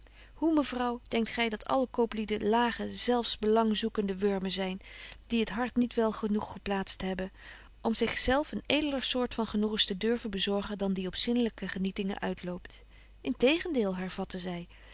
hoe mevrouw denkt gy dat alle kooplieden lage zelfsbelangzoekende wurmen zyn die het hart niet welgenoeg geplaatst hebben om zich zelf een edeler soort van genoegens te durven bezorgen dan die op zinnelyke genietingen uitloopt in tegendeel hervatte zy